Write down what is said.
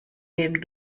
dem